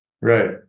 Right